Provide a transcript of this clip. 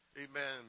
amen